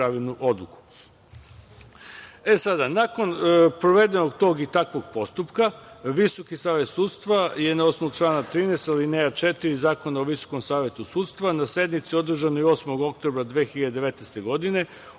odluku. Nakon provedenog tog i takvog postupka Visoki savet sudstva je na osnovu člana 13. alineja 4) Zakona o Visokom savetu sudstva na sednici održanoj 8. oktobra 2019. godine